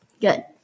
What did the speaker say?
good